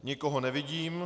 Nikoho nevidím.